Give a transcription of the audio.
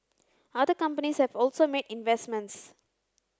other companies have also made investments